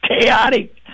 chaotic